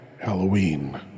Halloween